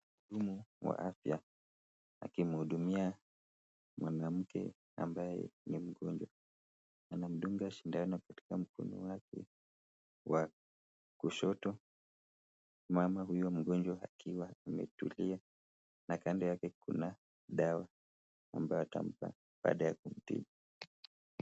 Mhudumu wa afya akimhudumia mwanamke ambaye ni mgonjwa, anamdunga sindano katika mkono wake wa kushoto, mama huyo mgonjwa akiwa ametulia na kando yake kuna dawa ambayo atampa baada ya kumtibu.